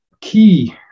key